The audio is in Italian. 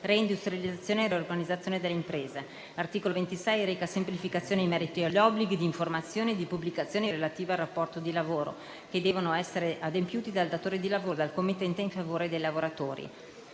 reindustrializzazione e riorganizzazione delle imprese. L'articolo 26 reca semplificazioni in merito agli obblighi di informazione e di pubblicazione, relativi al rapporto di lavoro, che devono essere adempiuti dal datore di lavoro o dal committente in favore dei lavoratori.